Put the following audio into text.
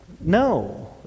no